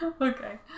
Okay